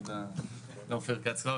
תודה לאופיר כץ.